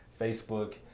Facebook